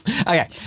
Okay